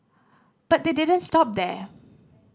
but they didn't stop there